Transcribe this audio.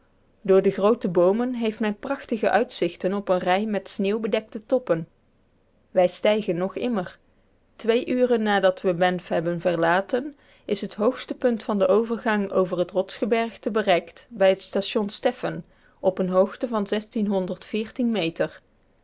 door de groote boomen heeft men prachtige uitzichten op eene rij met sneeuw bedekte toppen wij stijgen nog immer twee uren nadat we banff hebben verlaten is het hoogste punt van den overgang over het rotsgebergte bereikt bij het station stephen op eene hoogte van meter